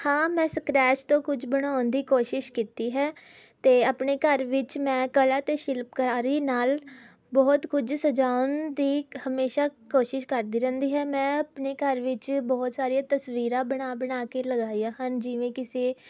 ਹਾਂ ਮੈਂ ਸਕਰੈਚ ਤੋਂ ਕੁਝ ਬਣਾਉਣ ਦੀ ਕੋਸ਼ਿਸ਼ ਕੀਤੀ ਹੈ ਅਤੇ ਆਪਣੇ ਘਰ ਵਿੱਚ ਮੈਂ ਕਲਾ ਅਤੇ ਸ਼ਿਲਪਕਾਰੀ ਨਾਲ ਬਹੁਤ ਕੁਝ ਸਜਾਉਣ ਦੀ ਹਮੇਸ਼ਾ ਕੋਸ਼ਿਸ਼ ਕਰਦੀ ਰਹਿੰਦੀ ਹੈ ਮੈਂ ਆਪਣੇ ਘਰ ਵਿੱਚ ਬਹੁਤ ਸਾਰੀਆਂ ਤਸਵੀਰਾਂ ਬਣਾ ਬਣਾ ਕੇ ਲਗਾਈਆਂ ਹਨ ਜਿਵੇਂ ਕਿਸੇ